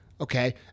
Okay